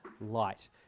light